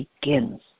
begins